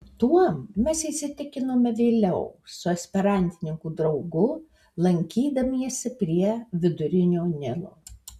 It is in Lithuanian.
tuom mes įsitikinome vėliau su esperantininkų draugu lankydamiesi prie vidurinio nilo